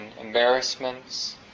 embarrassments